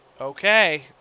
Okay